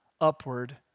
Upward